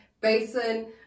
basin